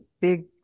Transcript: big